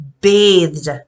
bathed